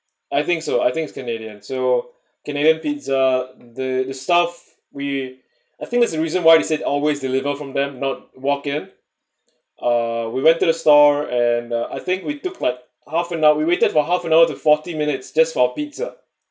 I think so I think is canadian so canadian pizza the the stuff we I think there's a reason why does it said always deliver from them not walk in uh we went to the store and uh I think we took like half an hour we waited for half an hour to forty minutes just for pizza